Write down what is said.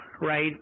right